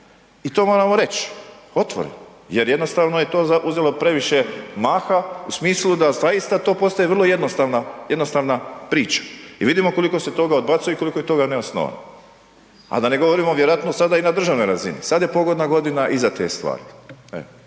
i to moramo reć otvoreno jer jednostavno je to uzelo previše maha u smislu da zaista to postaje vrlo jednostavna, jednostavna priča i vidimo koliko se toga odbacuje i koliko je toga neosnovano, a da ne govorimo vjerojatno sada i na državnoj razini, sad je pogodna godina i za te stvari,